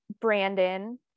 Brandon